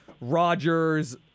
Rodgers